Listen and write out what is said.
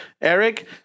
Eric